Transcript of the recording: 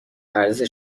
عرضه